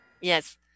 Yes